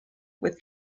with